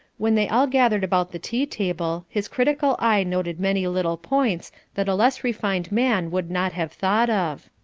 when they all gathered about the tea-table, his critical eye noted many little points that a less refined man would not have thought of.